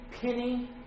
penny